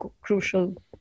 crucial